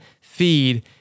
feed